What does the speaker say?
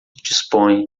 dispõe